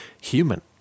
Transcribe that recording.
human